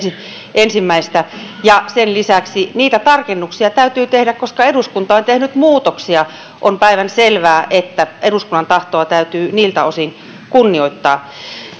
ensimmäistä sen lisäksi niitä tarkennuksia täytyy tehdä koska eduskunta on tehnyt muutoksia on päivänselvää että eduskunnan tahtoa täytyy niiltä osin kunnioittaa